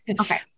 Okay